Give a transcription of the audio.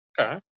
Okay